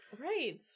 right